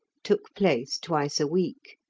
took place twice a week.